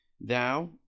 Thou